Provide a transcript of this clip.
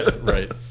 right